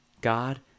God